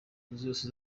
zose